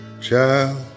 Child